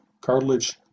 cartilage